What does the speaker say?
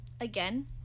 again